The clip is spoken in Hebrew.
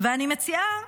אני מציעה